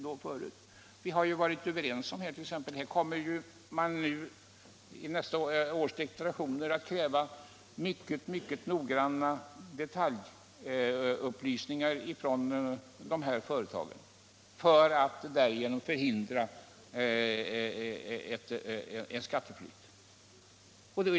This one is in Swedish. Vi har t.ex. varit överens om att fr.o.m. nästa års deklarationer kräva mycket nogranna detaljupplysningar av de här företagen för att därigenom förhindra skatteflykt.